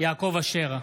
יעקב אשר,